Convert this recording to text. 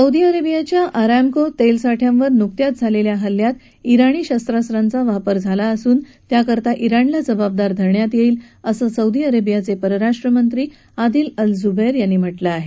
Saudi अरेबियाच्या Aramco तेल साठ्यांवर नुकत्याच झालेल्या हल्ल्यात राणी शस्त्रास्त्रांचा वापर झाला असून त्याकरता ज्ञाणला जवावदार धरण्यात येईल असं सौदी अरेबियाचे परराष्ट्रमंत्री आदिल अल् झुबैर यांनी म्हटलं आहे